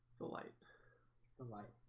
the light the light